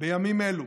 בימים אלו,